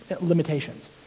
limitations